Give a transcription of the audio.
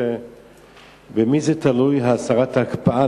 במי זה תלוי, הסרת ההקפאה?